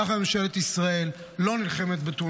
ככה ממשלת ישראל לא נלחמת בתאונות בדרכים.